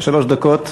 שלוש דקות.